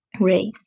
race